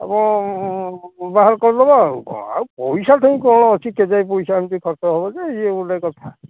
ଆପଣ ବାହାର କରିଦେବା ଆଉ କ'ଣ ଆଉ ପଇସା ଠେଇଁ କ'ଣ ଅଛି କେ ଯାଇ ପଇସା ଏମିତି ଖର୍ଚ୍ଚ ହେବ ଯେ ଇଏ ଗୋଟାଏ କଥା